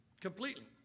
completely